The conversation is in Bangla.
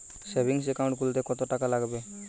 সেভিংস একাউন্ট খুলতে কতটাকা লাগবে?